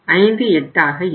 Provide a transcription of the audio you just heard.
58 ஆக இருக்கும்